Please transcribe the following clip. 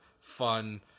fun